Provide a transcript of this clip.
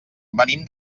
venim